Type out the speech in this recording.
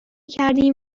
کردیم